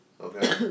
okay